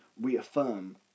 reaffirm